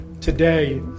today